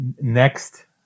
next